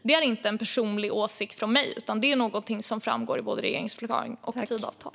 Det är inte en personlig åsikt från mig, utan det är någonting som framgår i både regeringsförklaring och Tidöavtal.